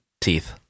Teeth